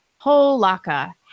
Holaka